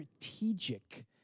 strategic